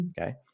okay